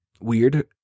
weird